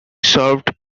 served